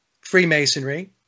freemasonry